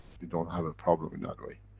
we don't have a problem in that way.